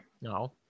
No